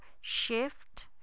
shift